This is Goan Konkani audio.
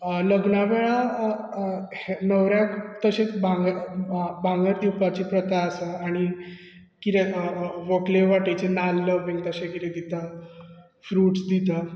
अ लग्ना वेळार अ अ हे न्हवऱ्याक तशेत भांगर अ भांगर दिवपाची प्रथा आसा आनी कित्याक अ अ व्हंकले वटेच्यान नाल्ल बीन तशें कितें दितात फ्रुट्स दितात